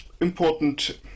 important